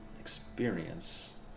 experience